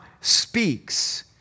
speaks